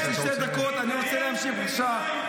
יש לי שתי דקות, אני רוצה להמשיך, בבקשה.